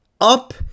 Up